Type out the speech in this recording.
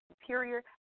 superior